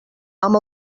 amb